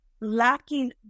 lacking